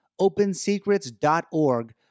OpenSecrets.org